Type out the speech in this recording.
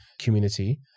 community